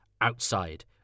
outside